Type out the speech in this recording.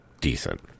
decent